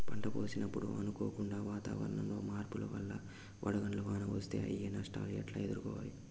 పంట కోసినప్పుడు అనుకోకుండా వాతావరణంలో మార్పుల వల్ల వడగండ్ల వాన వస్తే అయ్యే నష్టాలు ఎట్లా ఎదుర్కోవాలా?